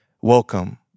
Welcome